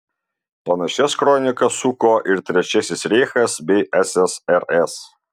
panašias kronikas suko ir trečiasis reichas bei ssrs